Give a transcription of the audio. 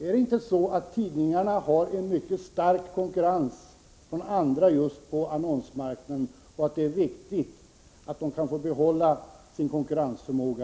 Är det inte så att tidningarna har mycket stor konkurrens från andra på annonsmarknaden och att det är viktigt att de kan få behålla sin konkurrensförmåga?